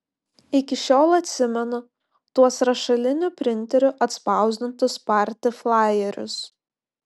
iki šiol atsimenu tuos rašaliniu printeriu atspausdintus party flajerius